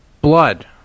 Blood